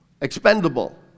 expendable